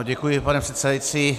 Děkuji, pane předsedající.